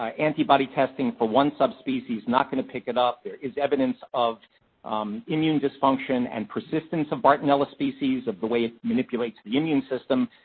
ah antibody testing for one subspecies, not going to pick it up. there is evidence of immune dysfunction and persistence in bartonella species, of the way it manipulates the immune system.